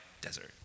desert